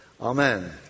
Amen